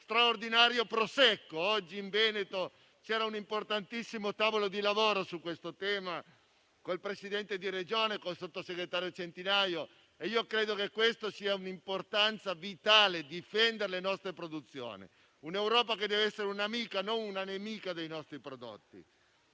straordinario prosecco. Oggi in Veneto è stato convocato un importantissimo tavolo di lavoro su questo tema con il Presidente della Regione e il sottosegretario Centinaio. Credo sia di importanza vitale difendere le nostre produzioni e l'Europa deve essere un'amica e non una nemica dei nostri prodotti.